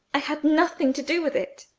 i had nothing to do with it